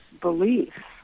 belief